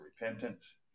repentance